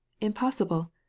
Impossible